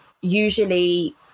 Usually